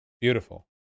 Beautiful